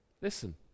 Listen